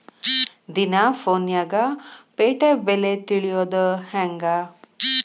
ದಿನಾ ಫೋನ್ಯಾಗ್ ಪೇಟೆ ಬೆಲೆ ತಿಳಿಯೋದ್ ಹೆಂಗ್?